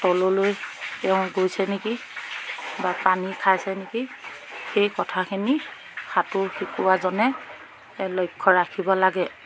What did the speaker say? তললৈ তেওঁ গৈছে নেকি বা পানী খাইছে নেকি সেই কথাখিনি সাঁতোৰ শিকোৱাজনে লক্ষ্য ৰাখিব লাগে